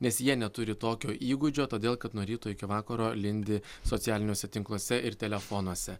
nes jie neturi tokio įgūdžio todėl kad nuo ryto iki vakaro lindi socialiniuose tinkluose ir telefonuose